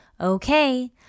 Okay